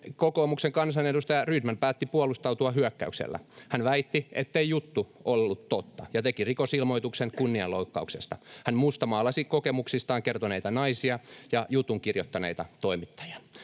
kokoomuksen kansanedustaja Rydman päätti puolustautua hyökkäyksellä. Hän väitti, ettei juttu ollut totta, ja teki rikosilmoituksen kunnianloukkauksesta. Hän mustamaalasi kokemuksistaan kertoneita naisia ja jutun kirjoittaneita toimittajia.